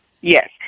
yes